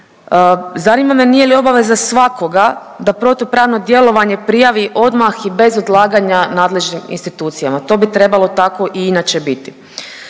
Zanima me nije li obaveza svakoga da protupravno djelovanje prijavi odmah i bez odlaganja nadležnim institucijama. To bi trebalo tako i inače biti.